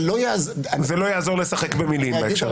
זה לא יעזור לשחק במילים בהקשר הזה.